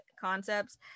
concepts